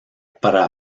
para